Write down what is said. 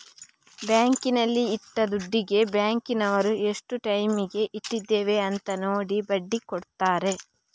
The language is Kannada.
ಬ್ಯಾಂಕಿನಲ್ಲಿ ಇಟ್ಟ ದುಡ್ಡಿಗೆ ಬ್ಯಾಂಕಿನವರು ಎಷ್ಟು ಟೈಮಿಗೆ ಇಟ್ಟಿದ್ದೇವೆ ಅಂತ ನೋಡಿ ಬಡ್ಡಿ ಕೊಡ್ತಾರೆ